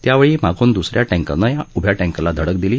त्यावेळी मागून द्सऱ्या टँकरनं या उभ्या टँकरला धडक दिली